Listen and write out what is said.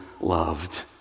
loved